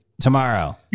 tomorrow